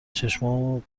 چشامو